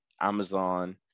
Amazon